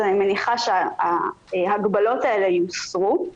אז אני מניחה שההגבלות אלה יוסרו.